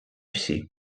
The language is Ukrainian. всі